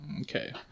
Okay